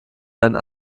deinen